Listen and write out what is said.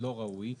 לא ראוי.